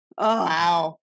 Wow